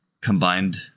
combined